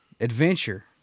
adventure